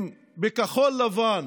אם בכחול לבן